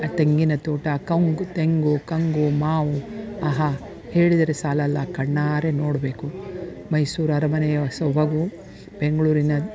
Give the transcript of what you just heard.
ತೆಂಗಿನ ತೋಟ ಕಂಗು ತೆಂಗು ಕಂಗು ಮಾವು ಆಹಾ ಹೇಳಿದರೆ ಸಾಲೋಲ್ಲ ಕಣ್ಣಾರೆ ನೊಡಬೇಕು ಮೈಸೂರು ಅರಮನೆಯ ಸೊಬಗು ಬೆಂಗಳೂರಿನ